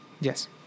Yes